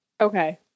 Okay